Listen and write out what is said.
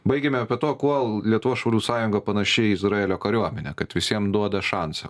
baigėme apie tuo kuo lietuvos šaulių sąjunga panaši į izraelio kariuomenę kad visiem duoda šansą